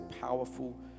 powerful